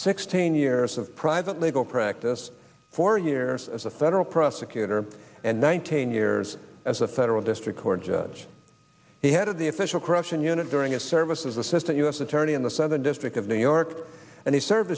sixteen years of private legal practice four years as a federal prosecutor and nineteen years as a federal district court judge he headed the official corruption unit during his service as assistant u s attorney in the southern district of new york and he served